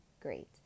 great